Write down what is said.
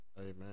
Amen